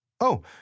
Oh